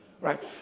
right